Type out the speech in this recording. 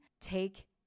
take